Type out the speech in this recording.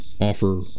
offer